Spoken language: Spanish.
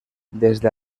desde